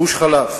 גוש-חלב,